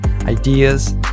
ideas